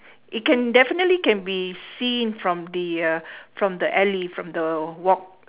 it can definitely can be seen from the uh from the alley from the walk